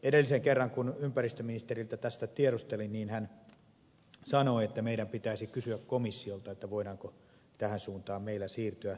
edellisen kerran kun ympäristöministeriltä tästä tiedustelin niin hän sanoi että meidän pitäisi kysyä komissiolta voidaanko tähän suuntaan meillä siirtyä